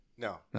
No